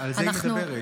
על זה היא מדברת,